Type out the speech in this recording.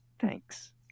thanks